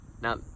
now